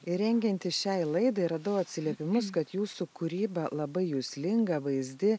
ir rengiantis šiai laidai radau atsiliepimus kad jūsų kūryba labai juslinga vaizdi